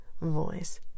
voice